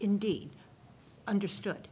indeed understood